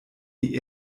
die